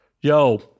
yo